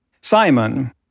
Simon